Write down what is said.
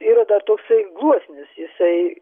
yra dar toksai gluosnis jisai